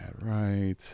right